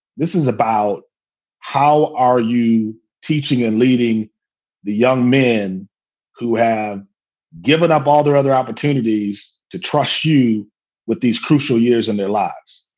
this is about how are you teaching and leading the young men who have given up all their other opportunities to trust you with these crucial years in their lives.